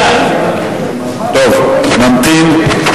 טוב, נמתין.